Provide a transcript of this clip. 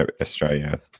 Australia